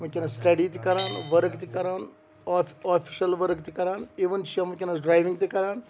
وٕنکٮ۪نَس سٕٹَڈی تہِ کَران ؤرٕک تہِ کَران آف آفِشَل ؤرٕک تہِ کَران اِوٕن چھےٚ وٕنکٮ۪نَس ڈرٛایوِنٛگ تہِ کَران